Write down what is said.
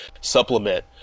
supplement